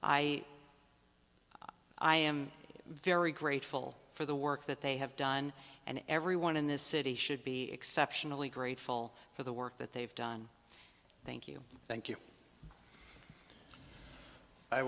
i am very grateful for the work that they have done and everyone in this city should be exceptionally grateful for the work that they've done thank you thank you i